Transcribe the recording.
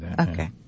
Okay